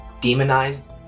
demonized